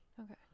Okay